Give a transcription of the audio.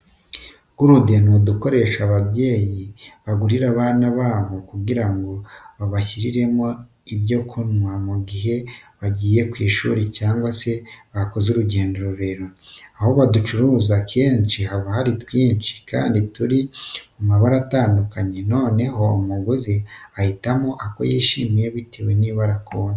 Gurude ni udukoresho ababyeyi bagurira abana babo kugira ngo babashyiriremo ibyo kunywa mu gihe bagiye ku ishuri cyangwa se bakoze urugendo rurerure. Aho baducururiza akenshi haba hari twinshi kandi turi mu mabara atandukanye noneho umuguzi agahitamo ako yashimye bitewe n'ibara akunda.